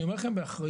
אני אמור לכם באחריות,